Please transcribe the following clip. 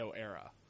era